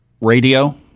Radio